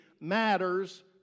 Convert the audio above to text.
matters